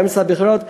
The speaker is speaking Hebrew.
באמצע הבחירות,